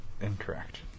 Incorrect